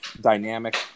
dynamic